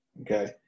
Okay